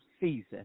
season